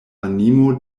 animo